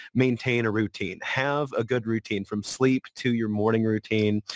maintain a routine. have a good routine from sleep to your morning routine.